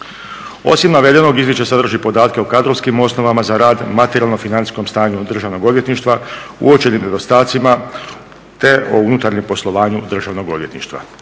Osim navedenog, izvješće sadrži podatke o kadrovskim osnovama za rad, materijalno-financijskom stanju Državnog odvjetništva, uočenim nedostacima te o unutarnjem poslovanju Državnog odvjetništva.